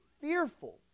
fearful